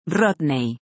Rodney